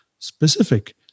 specific